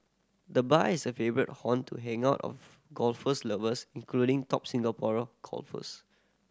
the bar is a favourite haunt to hang out of golf's lovers including top Singapore golfers